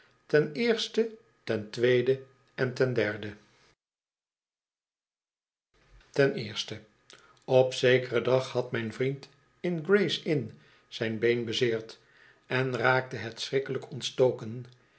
ten tweede en ten derde ten eerste op zekeren dag had mijn vriend in gray's inn zijn been bezeerd en raakte het schrikkelijk ontstoken